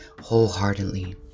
wholeheartedly